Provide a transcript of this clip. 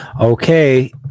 Okay